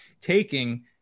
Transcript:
taking